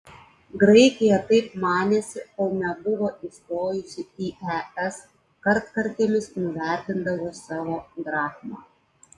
graikija taip manėsi kol nebuvo įstojusi į es kartkartėmis nuvertindavo savo drachmą